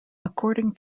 according